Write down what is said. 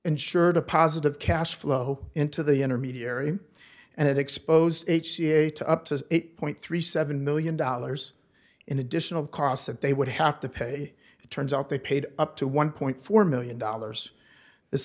insured a positive cash flow into the intermediary and expose h c a to up to eight point three seven million dollars in additional costs that they would have to pay it turns out they paid up to one point four million dollars this